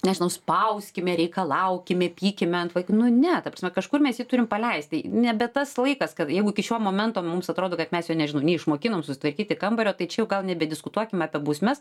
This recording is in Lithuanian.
nežinau spauskime reikalaukime pykime ant vaiko nu ne ta prasme kažkur mes jį turim paleisti nebe tas laikas kad jeigu iki šio momento mums atrodo kad mes jo nežinau neišmokinom sustvarkyti kambario tai čia jau gal nebediskutuokim apie bausmes